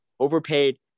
overpaid